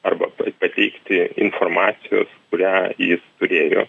arba pa pateikti informacijos kurią jis turėjo